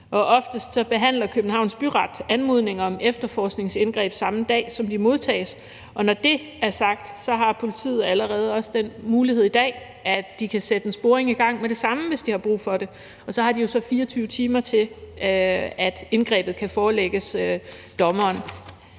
Ofte behandler Københavns Byret anmodninger om efterforskningsindgreb, samme dag som de modtages, og når det er sagt, har politiet allerede den mulighed i dag, at de kan sætte en sporing i gang med det samme, hvis de har brug for det, og så har de så 24 timer til, at indgrebet kan forelægges dommeren.